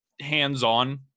hands-on